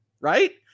Right